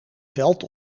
veld